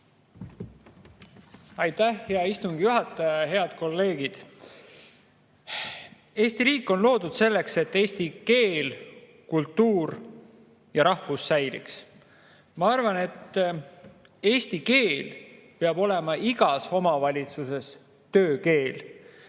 Aitäh, hea istungi juhataja! Head kolleegid! Eesti riik on loodud selleks, et eesti keel, kultuur ja rahvus säiliks. Ma arvan, et eesti keel peab olema igas omavalitsuses töökeel.